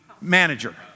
manager